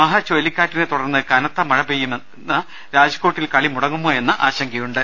മഹ ചുഴലിക്കാറ്റിനെത്തുടർന്ന് കനത്ത മഴപെ യ്യുന്ന രാജ്കോട്ടിൽ കളി മുടങ്ങുമോ എന്ന ആശങ്കയുണ്ട്